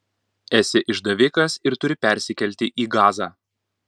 esi išdavikas ir turi persikelti į gazą